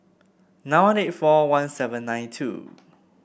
nine one eight four one seven nine two